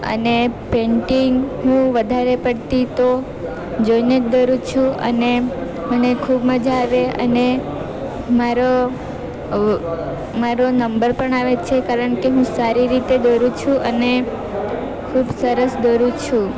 અને પેઈન્ટિંગ હું વધારે પડતી તો જોઈને જ દોરું છું અને મને ખૂબ મજા આવે અને મારો મારો નંબર પણ આવે છે કારણકે હું ખૂબ સારી રીતે દોરું છું અને ખૂબ સરસ દોરું છું